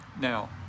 Now